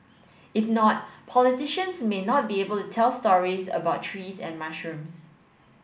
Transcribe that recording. if not politicians may not be able to tell stories about trees and mushrooms